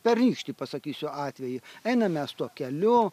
pernykštį pasakysiu atvejį einam mes tuo keliu